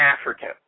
African